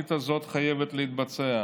התוכנית הזאת חייבת להתבצע,